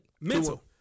Mental